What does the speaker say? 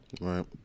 Right